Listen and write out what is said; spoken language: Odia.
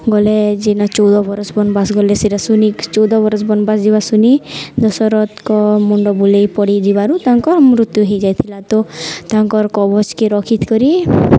ଗଲେ ଯେନ ଚଉଦ ବରଷ ବନବାସ ଗଲେ ସେଇଟା ଶୁନି ଚଉଦ ବରଷ ବନବାସ ଯିବା ଶୁନି ଦଶରଥଙ୍କ ମୁଣ୍ଡ ବୁଲେଇ ପଡ଼ି ଯିବାରୁ ତାଙ୍କର ମୃତ୍ୟୁ ହେଇଯାଇଥିଲା ତ ତାଙ୍କର କବଜକେ ରକ୍ଷିତ କରି